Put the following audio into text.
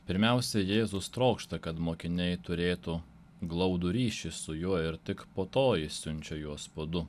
pirmiausia jėzus trokšta kad mokiniai turėtų glaudų ryšį su juo ir tik po to jis siunčia juos po du